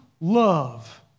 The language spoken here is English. love